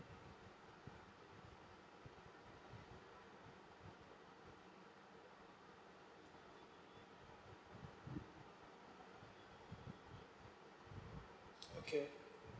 okay